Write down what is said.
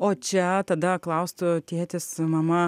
o čia tada klaustų tėtis mama